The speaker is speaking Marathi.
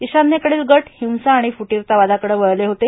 ईशान्येकडील गट हिंसा आणि फुटीरतावादाकडं वळले होते